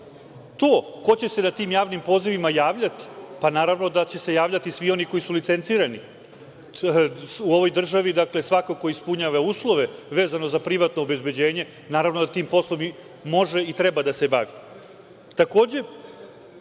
To, ko će se na tim javnim pozivima javljati, pa naravno da će se javljati svi oni koji su licencirani u ovoj državi. Dakle, svako ko ispunjava uslove vezano za privatno obezbeđenje, naravno da tim poslom može i treba da se bavi. Danas